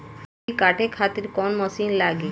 मसूरी काटे खातिर कोवन मसिन लागी?